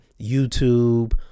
YouTube